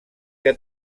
que